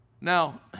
Now